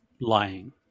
lying